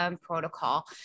protocol